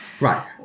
Right